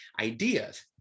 Ideas